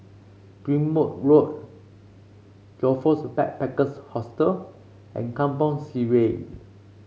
Ghim Moh Road Joyfor Backpackers' Hostel and Kampong Sireh